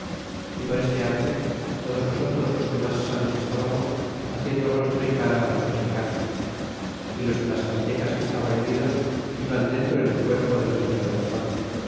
y for este arte todos nosotros los que mas sanos estábamos haciendo rostro y cara los mexicanos y los tlascaltecas que estaban heridos iban dentro en el cuerpo de nuestro esquadron